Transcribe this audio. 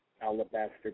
Alabaster